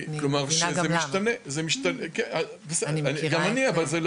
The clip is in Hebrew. אני מבינה גם למה, אני מכירה את זה.